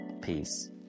Peace